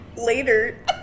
Later